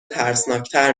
ترسناکتر